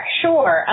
sure